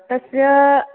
तस्याः